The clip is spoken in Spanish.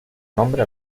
nombre